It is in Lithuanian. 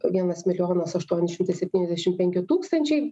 vienas milijonas aštuoni šimtai septyniasdešim penki tūkstančiai